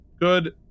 Good